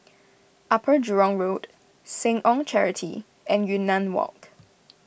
Upper Jurong Road Seh Ong Charity and Yunnan Walk